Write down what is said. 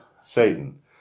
Satan